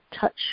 touch